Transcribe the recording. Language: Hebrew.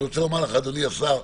אדוני השר,